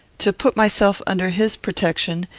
to put myself under his protection,